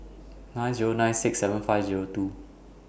nine Zero nine six seven five Zero two